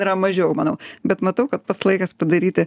yra mažiau manau bet matau kad pats laikas padaryti